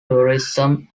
tourism